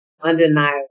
undeniable